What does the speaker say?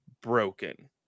broken